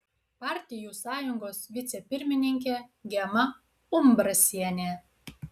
partijų sąjungos vicepirmininkė gema umbrasienė